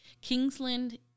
Kingsland